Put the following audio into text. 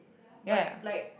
but like